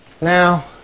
Now